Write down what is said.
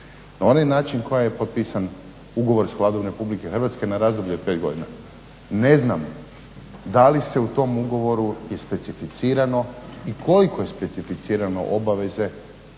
na onaj način koji je potpisan ugovor s Vladom Republike Hrvatske na razdoblje od 5 godina. Ne znam da li se u tom ugovoru i specificirano i koliko je specificirano obaveze